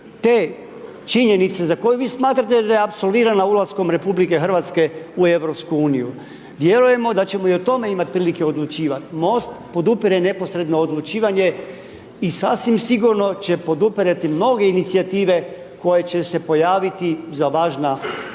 te činjenice za koju vi smatrate da je apsolvirana ulaskom RH u EU. Vjerujemo da ćemo i o tome imat prilike odlučivati. MOST podupire neposredno odlučivanje i sasvim sigurno će podupirati mnoge inicijative koje će se pojaviti za važna